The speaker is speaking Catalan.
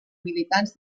militants